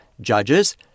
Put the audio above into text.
judges